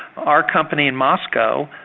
our company in moscow,